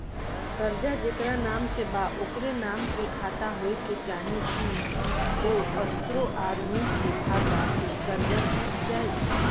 कर्जा जेकरा नाम से बा ओकरे नाम के खाता होए के चाही की दोस्रो आदमी के खाता से कर्जा चुक जाइ?